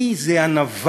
מי זה הנבל